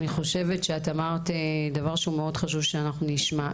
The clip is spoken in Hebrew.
אמרת דבר שמאוד חשוב שנשמע.